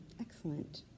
excellent